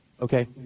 Okay